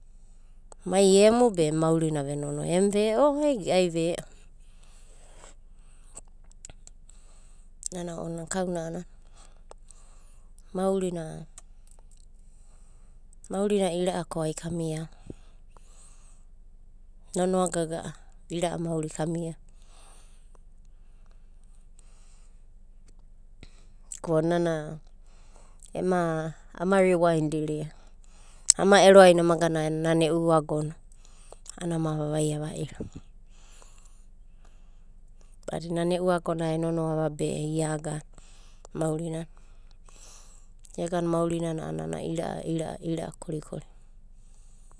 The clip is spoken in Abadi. Mai emu be maurina ve nonoa. Emia veo, ai ve'o. Nana kaunanana. Maurina. Maurina ira'a ko a aka mia. Nonoa, gaga'a ira'a, mauri kamiava. Ko nana, ema, ama riwainia, ama ero aina ama gana nan eu agona. A'ama vavai'a vairo. Badina eu agona e nonoa be ia agana maurina. Ega maurinana anana ira'a ira'a ira'a kori kori.